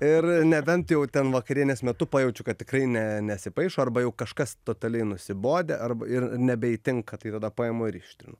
ir nebent jau ten vakarienės metu pajaučiu kad tikrai ne nesipaišo arba jau kažkas totaliai nusibodę arba ir nebeįtinka tai tada paimu ir ištrinu